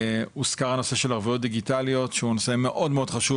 הוזכר הנושא של ערבויות דיגיטליות שהוא נושא מאוד מאוד חשוב,